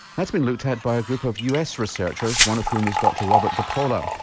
that's been looked at by a group of u. s. researchers, one of whom is dr robert dipaola,